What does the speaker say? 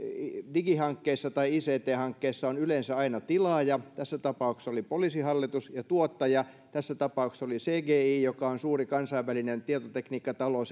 digihankkeessa tai ict hankkeessa on yleensä aina tilaaja tässä tapauksessa se oli poliisihallitus ja tuottaja tässä tapauksessa se oli cgi joka on suuri kansainvälinen tietotekniikkatalo